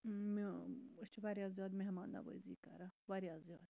أسۍ چھِ واریاہ زیادٕ مہمان نَوٲزی کران واریاہ زیادٕ